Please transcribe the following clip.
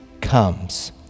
comes